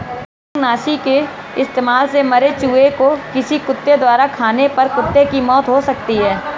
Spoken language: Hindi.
कृतंकनाशी के इस्तेमाल से मरे चूहें को किसी कुत्ते द्वारा खाने पर कुत्ते की मौत हो सकती है